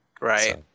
right